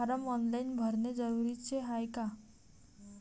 Form online भरने जरुरीचे हाय का?